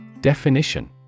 Definition